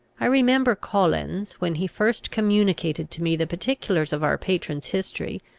i remember collins, when he first communicated to me the particulars of our patron's history,